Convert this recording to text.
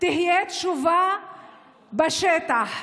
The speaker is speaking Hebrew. תהיה תשובה בשטח.